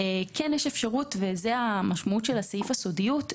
זאת המשמעות של סעיף הסודיות.